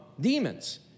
demons